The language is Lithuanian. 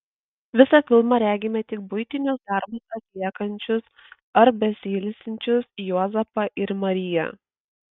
visą filmą regime tik buitinius darbus atliekančius ar besiilsinčius juozapą ir mariją